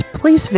please